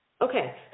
Okay